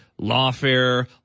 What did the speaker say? lawfare